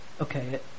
Okay